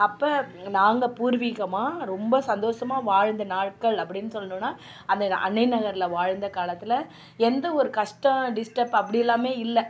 அப்போ நாங்கள் பூர்வீகமாக ரொம்ப சந்தோஷமாக வாழ்ந்த நாட்கள் அப்படின்னு சொல்லணும்னா அந்த அன்னை நகரில் வாழ்ந்த காலத்தில் எந்த ஒரு கஷ்டம் டிஸ்டர்ப் அப்டியெல்லாம் இல்லை